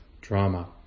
drama